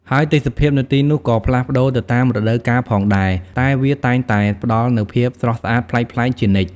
ហើយទេសភាពនៅទីនោះក៏ផ្លាស់ប្តូរទៅតាមរដូវកាលផងដែរ តែវាតែងតែផ្តល់នូវភាពស្រស់ស្អាតប្លែកៗជានិច្ច។